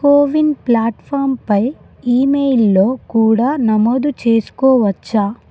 CoWIN ప్లాట్ఫామ్పై ఈమెయిల్లో కూడా నమోదు చేసుకోవచ్చా